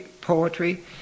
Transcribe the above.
poetry